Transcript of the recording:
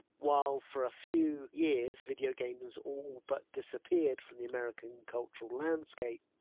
while for a few years video games all but disappeared from the american cultural landscape,